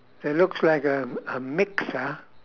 that looks like a a mixer